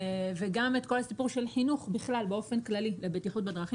וגם את כל הסיפור של חינוך בכלל באופן כללי לבטיחות בדרכים